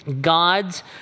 God's